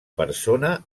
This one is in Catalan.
persona